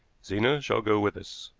zena shall go with us.